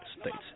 States